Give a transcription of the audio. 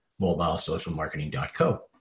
mobilesocialmarketing.co